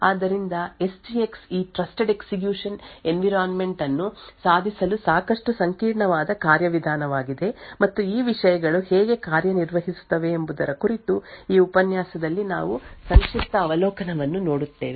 ಆದ್ದರಿಂದ S G X ಈ trusted execution environment ಅನ್ನು ಸಾಧಿಸಲು ಸಾಕಷ್ಟು ಸಂಕೀರ್ಣವಾದ ಕಾರ್ಯವಿಧಾನವಾಗಿದೆ ಮತ್ತು ಈ ವಿಷಯಗಳು ಹೇಗೆ ಕಾರ್ಯನಿರ್ವಹಿಸುತ್ತವೆ ಎಂಬುದರ ಕುರಿತು ಈ ಉಪನ್ಯಾಸದಲ್ಲಿ ನಾವು ಸಂಕ್ಷಿಪ್ತ ಅವಲೋಕನವನ್ನು ನೋಡುತ್ತೇವೆ